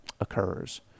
occurs